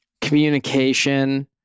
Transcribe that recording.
communication